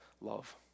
love